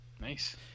Nice